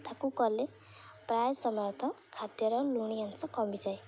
ତାକୁ କଲେ ପ୍ରାୟ ସମୟତଃ ଖାଦ୍ୟର ଲୁଣି ଅଂଶ କମିଯାଏ